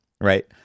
right